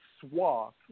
swath